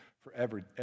forever